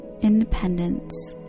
independence